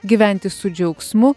gyventi su džiaugsmu